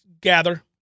gather